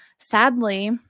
Sadly